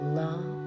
love